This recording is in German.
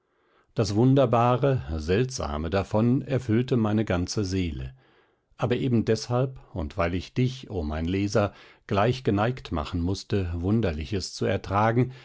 das wunderbare seltsame davon erfüllte meine ganze seele aber eben deshalb und weil ich dich o mein leser gleich geneigt machen mußte wunderliches zu ertragen